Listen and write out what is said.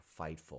Fightful